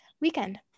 weekend